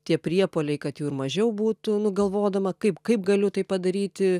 tie priepuoliai kad jų ir mažiau būtų nu galvodama kaip kaip galiu tai padaryti